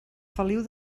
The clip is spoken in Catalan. feliu